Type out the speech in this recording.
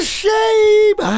shame